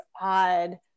odd